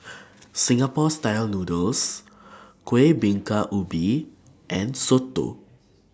Singapore Style Noodles Kuih Bingka Ubi and Soto